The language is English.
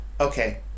okay